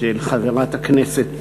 של חברת הכנסת